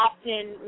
often